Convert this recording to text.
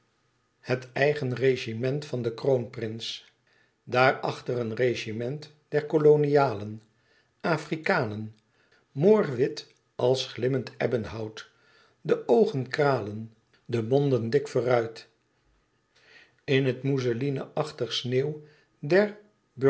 het eigen regiment van den kroonprins daarachter een regiment der colonialen afrikanen moorwit als glimmend ebbenhout de oogen kralen de monden dik vooruit in het mousseline achtige sneeuw